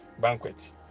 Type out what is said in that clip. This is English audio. banquet